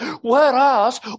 Whereas